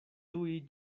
tuj